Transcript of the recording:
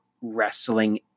wrestling